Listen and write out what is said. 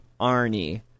Arnie